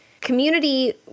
community